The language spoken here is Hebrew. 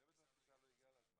צוות הטיסה לא הגיע בזמן,